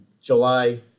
July